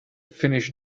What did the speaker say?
finish